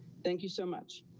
thank you so much.